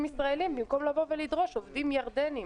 ישראלים במקום לבוא ולדרוש עובדים ירדנים.